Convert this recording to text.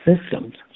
systems